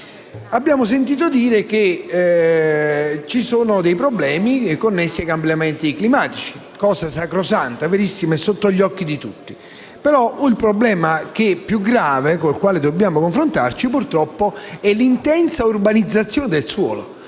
Abbiamo sentito dire che ci sono problemi connessi ai cambiamenti climatici, cosa sacrosanta, verissima e sotto gli occhi di tutti. Un problema più grave con cui dobbiamo confrontarci è, purtroppo, l’intensa urbanizzazione del suolo,